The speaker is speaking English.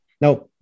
Now